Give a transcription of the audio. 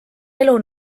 elu